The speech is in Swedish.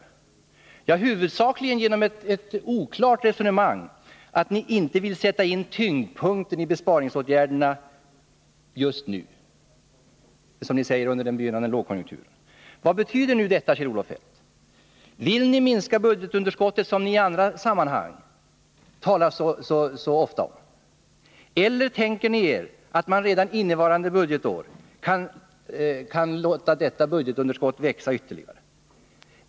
Ni gör det huvudsakligen genom ett oklart resonemang om att ni inte vill sätta in tyngdpunkten i besparingsåtgärderna just nu under — som ni säger — en begynnande lågkonjunktur. Vad betyder nu detta, Kjell-Olof Feldt? Vill ni minska budgetunderskottet, som ni i andra sammanhang talar så ofta om? Eller tänker ni er att man redan innevarande budgetår kan låta detta budgetunderskott växa ytterligare?